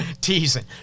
teasing